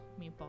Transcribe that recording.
Meatball